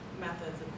methods